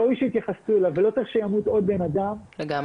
ראוי שיתייחסו אליו ולא צריך שימות עוד בן אדם כדי